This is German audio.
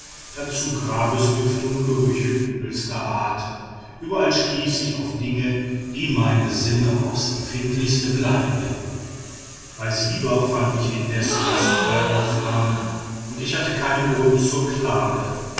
dazu grabesdüfte und gerüche übelster art überall stieß ich auf dinge die meine sinne aufs empfindlichste beleidigten bei siber fand ich indes gastfreie aufnahme und ich hatte keinen grund zur klage